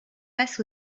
passe